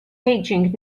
aging